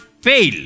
fail